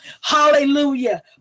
Hallelujah